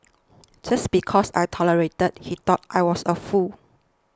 just because I tolerated he thought I was a fool